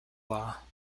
law